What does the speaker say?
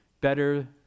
better